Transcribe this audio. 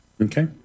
okay